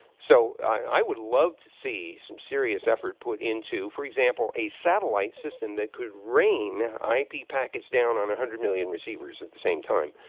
so i would love to see some serious effort put into, for example, a satellite system that could rain i p. packets down on one hundred million receivers at the same time.